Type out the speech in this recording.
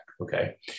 Okay